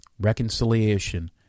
reconciliation